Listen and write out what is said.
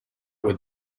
with